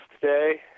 today